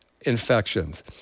infections